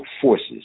forces